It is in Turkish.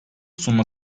sunma